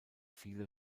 viele